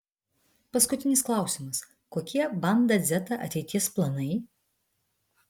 paskutinis klausimas kokie banda dzeta ateities planai